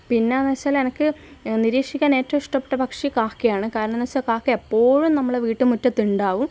പിന്നെന്നു വെച്ചാൽ എനിക്ക് നിരീക്ഷിക്കാൻ ഏറ്റവും ഇഷ്ടപ്പെട്ട പക്ഷി കാക്കയാണ് കാരണമെന്ന് വെച്ചാൽ കാക്ക എപ്പോഴും നമ്മുടെ വീട്ടുമുറ്റത്ത് ഉണ്ടാകും